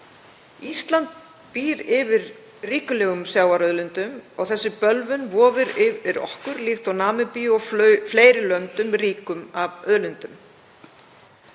Ísland býr yfir ríkulegum sjávarauðlindum og þessi bölvun vofir yfir okkur líkt og Namibíu og fleiri löndum ríkum af auðlindum.